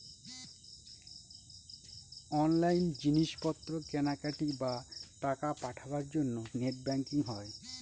online জিনিস পত্র কেনাকাটি, বা টাকা পাঠাবার জন্য নেট ব্যাঙ্কিং হয়